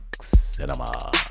cinema